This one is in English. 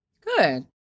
Good